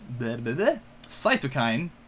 cytokine